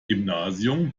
gymnasium